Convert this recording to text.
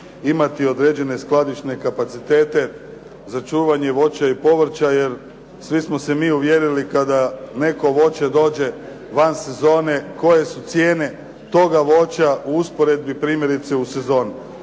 imati određene skladišne kapacitete za čuvanje voća i povrća jer svi smo se mi uvjerili kada neko voće dođe van sezone koje su cijene toga voća u usporedbi primjerice u sezoni.